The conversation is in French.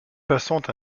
passant